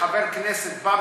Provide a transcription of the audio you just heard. חבר כנסת בא,